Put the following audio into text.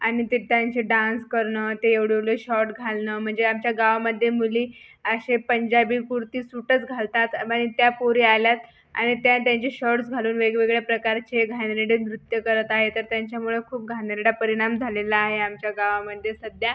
आणि ते त्यांचे डान्स करणं ते एवढं एवढं शॉर्ट घालणं म्हणजे आमच्या गावामध्ये मुली असे पंजाबी कुर्ती सुटच घालतात मग त्या पोरी आल्यात आणि त्या त्यांचे शॉर्टस् घालून वेगवेगळ्या प्रकारचे घाणेरडे नृत्य करत आहे तर त्यांच्यामुळे खूप घाणेरडा परिणाम झालेला आहे आमच्या गावामध्ये सध्या